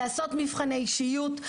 שיעשו מבחני אישיות,